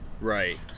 Right